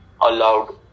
allowed